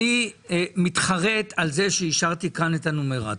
אני מתחרט על זה שאישרתי כאן את הנומרטור.